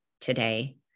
today